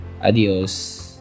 Adios